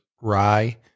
rye